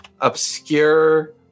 obscure